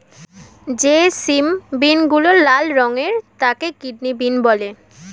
যে সিম বিনগুলো লাল রঙের তাকে কিডনি বিন বলে